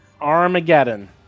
Armageddon